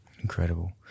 Incredible